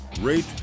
rate